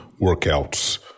workouts